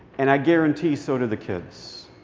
and i guarantee, so do the kids.